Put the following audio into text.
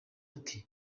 ati